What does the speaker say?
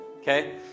Okay